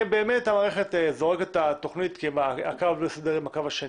באמת המערכת זורקת את התוכנית כי הקו לא הסתדר עם הקו השני,